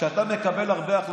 כשאתה מקבל הרבה החלטות,